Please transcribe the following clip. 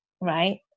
right